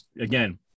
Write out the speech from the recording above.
again